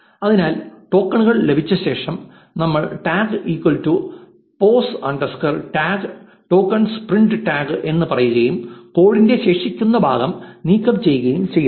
അതിനാൽ ടോക്കണുകൾ ലഭിച്ച ശേഷം നമ്മൾ tag pos underscore tag tokens print tag എന്ന് പറയുകയും കോഡിന്റെ ശേഷിക്കുന്ന ഭാഗം നീക്കം ചെയ്യുകയും ചെയ്യുന്നു